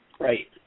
Right